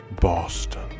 Boston